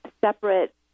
separate